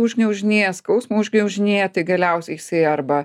užgniaužinėja skausmą užgniaužinėja tai galiausiai jisai arba